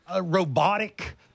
robotic